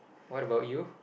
what about you